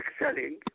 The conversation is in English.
excelling